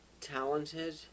talented